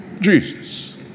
Jesus